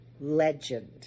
Legend